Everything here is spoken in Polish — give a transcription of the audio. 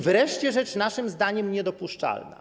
Wreszcie rzecz naszym zdaniem niedopuszczalna.